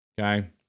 Okay